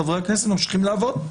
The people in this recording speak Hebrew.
וחברי הכנסת ממשיכים לעבוד,